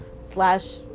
slash